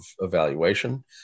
evaluation